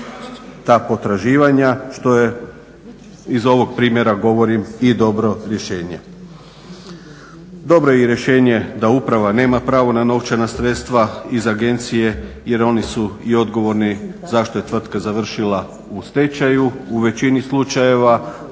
ta potraživanja što je iz ovog primjera govorim i dobro rješenje. Dobro je rješenje da uprava nema pravo na novčana sredstva iz agencije jer oni su i odgovorni zašto je tvrtka završila u stečaju u većini slučajeva,